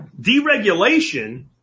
deregulation